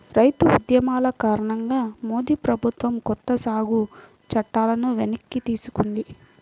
రైతు ఉద్యమాల కారణంగా మోడీ ప్రభుత్వం కొత్త సాగు చట్టాలను వెనక్కి తీసుకుంది